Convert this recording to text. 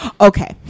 okay